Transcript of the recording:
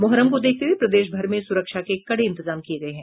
मुहर्रम को देखते हुये प्रदेश भर में सुरक्षा के कड़े इंतजाम किये गये हैं